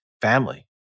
family